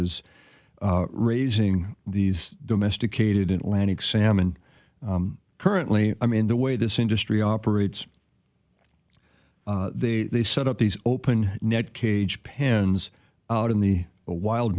is raising these domesticated in atlantic salmon currently i mean the way this industry operates they they set up these open net cage pens out in the wild